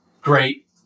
great